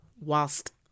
whilst